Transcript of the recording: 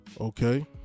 Okay